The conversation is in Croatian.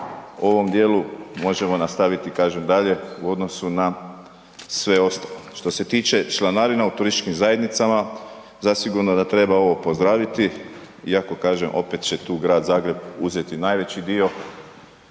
ovom dijelu možemo nastaviti kažem dalje u odnosu na sve ostalo. Što se tiče članarina u turističkim zajednicama, zasigurno da treba ovo pozdraviti, iako kažem opet će tu Grad Zagrebi uzeti najveći dio